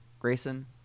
grayson